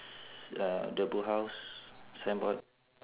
uh the boat house signboard